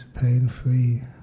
pain-free